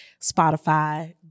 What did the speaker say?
Spotify